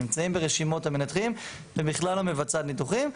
הם נמצאים ברשימות המנתחים ובכלל לא מבצעים ניתוחים,